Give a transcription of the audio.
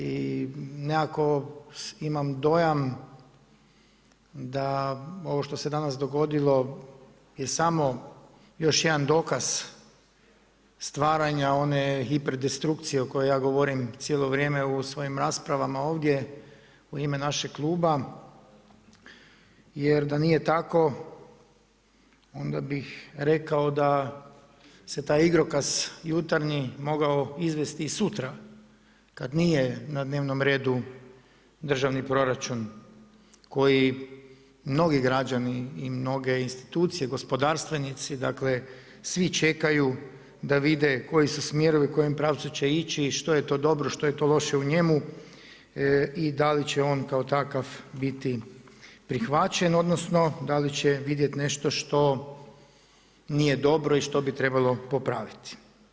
I nekako imam dojam da ovo što se danas dogodilo je samo još jedan dokaz stvaranja one hiperdistrukcije o kojoj ja govorim cijelo vrijeme u svojim raspravama ovdje u ime našeg kluba jer da nije tako onda bih rekao da se taj igrokaz jutarnji mogao izvesti sutra kada nije na dnevnome redu proračun koji mnogi građani i mnoge institucije gospodarstvenici svi čekaju da vide koji su smjerovi, u kojem pravcu će ići, što je to dobro, što je to loše u njemu i da li će on kao takav biti prihvaćen odnosno da li će vidjet nešto što nije dobro i što bi trebalo popraviti.